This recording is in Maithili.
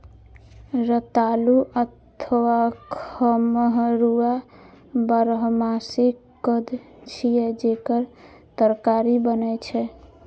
रतालू अथवा खम्हरुआ बारहमासी कंद छियै, जेकर तरकारी बनै छै